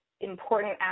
important